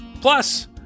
Plus